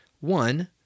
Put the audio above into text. one